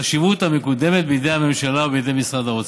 חשיבות המקודמת בידי הממשלה ובידי משרד האוצר.